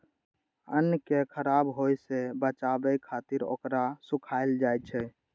अन्न कें खराब होय सं बचाबै खातिर ओकरा सुखायल जाइ छै